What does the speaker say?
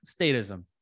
statism